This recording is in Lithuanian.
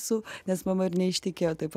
su nes mama ir neištekėjo taip